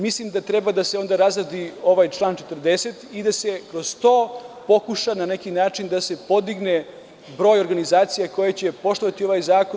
Mislim da treba da se razradi onda ovaj član 40. i da se kroz to pokuša na neki način da se podigne broj organizacija koje će poštovati ovaj zakon.